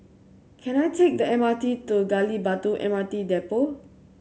can I take the M R T to Gali Batu M R T Depot